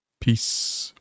Peace